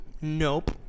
Nope